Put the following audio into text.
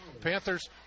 Panthers